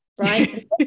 right